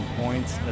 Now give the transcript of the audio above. points